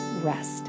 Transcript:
rest